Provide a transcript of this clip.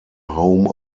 home